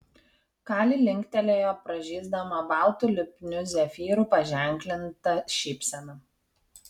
kali linktelėjo pražysdama baltu lipniu zefyru paženklinta šypsena